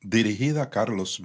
dirigida a carlos